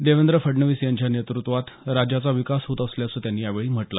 देवेंद्र फडणवीस यांच्या नेतृत्वात राज्याचा विकास होत असल्याचं त्यांनी यावेळी म्हटलं